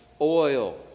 oil